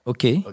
Okay